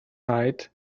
night